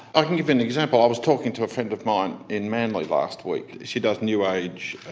i can give an example. i was talking to a friend of mine in manly last week. she does new age